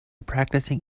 practicing